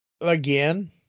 Again